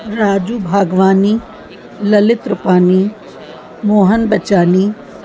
Raju Bhagwani Lalit Rupani Mohan Bachani